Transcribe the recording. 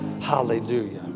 hallelujah